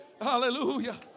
Hallelujah